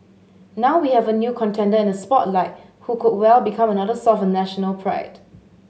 now we have a new contender in the spotlight who could well become another source of national pride